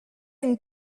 une